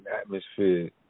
atmosphere